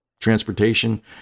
transportation